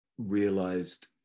realized